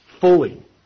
fully